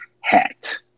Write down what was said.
Hat